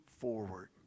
forward